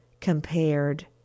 compared